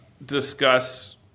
Discuss